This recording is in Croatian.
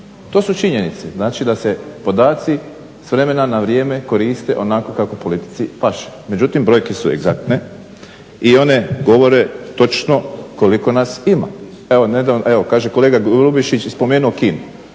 To su činjenice, znači da se podaci s vremena na vrijeme koriste onako kako politici paše. Međutim, brojke su egzaktne i one govore točno koliko nas ima. Evo kolega Grubišić je spomenuo Kinu,